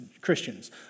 Christians